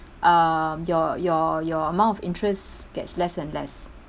uh your your your amount of interest gets less and less